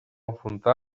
enfrontar